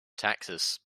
taxes